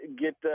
get